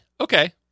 Okay